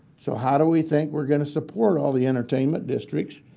so how do we think we're going to support all the entertainment districts,